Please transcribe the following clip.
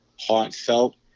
heartfelt